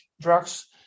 drugs